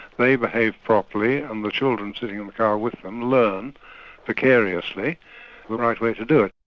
they behave properly and the children sitting in the car with them learn vicariously the right way to do it.